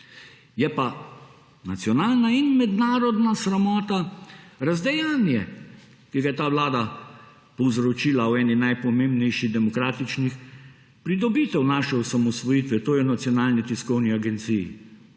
Je pa nacionalna in mednarodna sramota razdejanje, ki ga je ta Vlada povzročila v eni najpomembnejši demokratični pridobitev naše osamosvojitve, to je nacionalni tiskovni agenciji